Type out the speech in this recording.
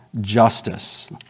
justice